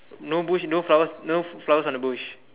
no bush no flowers no flowers on the bush